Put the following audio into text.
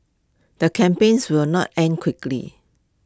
the campaigns will not end quickly